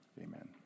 amen